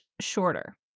shorter